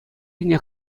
ҫине